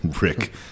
Rick